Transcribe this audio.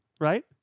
right